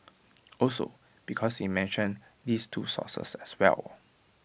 also because he mentioned these two sources as well